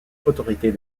autorités